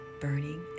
burning